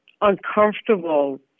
uncomfortable